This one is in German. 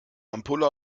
ampulle